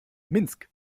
minsk